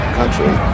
country